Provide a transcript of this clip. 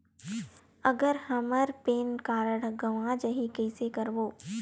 अगर हमर PAN card गवां जाही कइसे करबो?